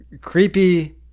creepy